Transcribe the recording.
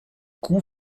coup